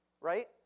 right